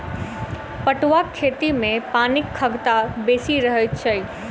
पटुआक खेती मे पानिक खगता बेसी रहैत छै